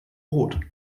brot